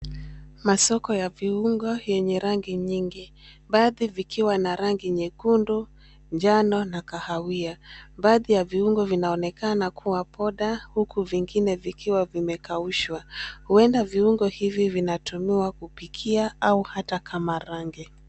Masoko ya viungo yenye rangi nyingi, baadhi vikiwa na rangi nyekundu, njano na kahawia. Baadhi ya viungo vinaonekana kuwa poda, huku vingine vikiwa vimekaushwa. Huenda viungo hivi vinatumiwa kupikia au hata kama rangi.